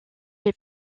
les